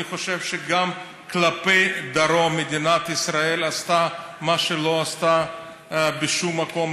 אני חושב שגם כלפי הדרום מדינת ישראל עשתה מה שלא עשתה בשום מקום,